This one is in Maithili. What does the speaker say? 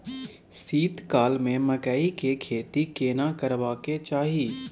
शीत काल में मकई के खेती केना करबा के चाही?